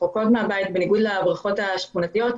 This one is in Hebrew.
שבניגוד לבריכות השכונתיות,